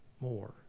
more